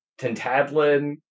Tentadlin